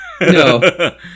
No